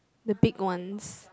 the big ones